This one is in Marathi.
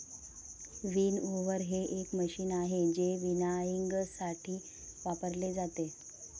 विनओव्हर हे एक मशीन आहे जे विनॉयइंगसाठी वापरले जाते